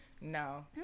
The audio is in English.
no